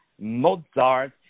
Mozart